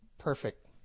Perfect